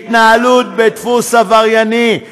התנהלות בדפוס עברייני.